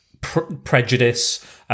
prejudice